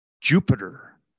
Jupiter